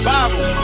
Bible